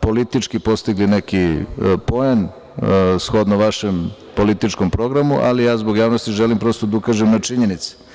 politički postigli neki poen, shodno vašem političkom programu, ali ja zbog javnosti želim prosto da ukažem na činjenice.